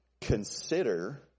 consider